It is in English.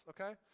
okay